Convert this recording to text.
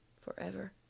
forever